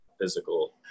physical